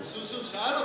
משום שהוא שאל אותי,